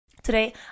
Today